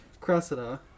cressida